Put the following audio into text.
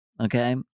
Okay